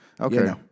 Okay